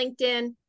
LinkedIn